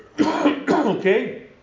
Okay